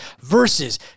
versus